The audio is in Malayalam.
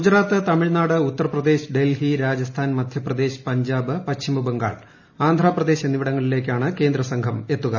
ഗുജറാത്ത് തമിഴ്നാട് ഉത്തർപ്രദേശ് ഡൽഹി രാജസ്ഥാൻ മധ്യപ്രദേശ് പഞ്ചാബ് പശ്ചിമബംഗാൾ ആന്ധ്രാപ്രദേശ് എന്നിവിടങ്ങളിലേക്കാണ് കേന്ദ്രസംഘം എത്തുക